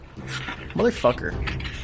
Motherfucker